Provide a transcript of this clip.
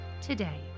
today